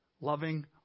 loving